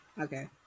okay